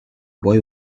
boy